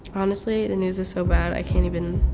honestly, the news is so bad, i can't even.